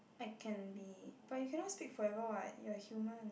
I can be but you cannot speak forever what you're human